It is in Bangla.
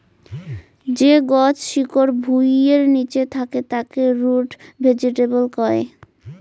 যে গছ শিকড় ভুঁইয়ের নিচে থাকে তাকে রুট ভেজিটেবল কয়